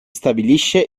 stabilisce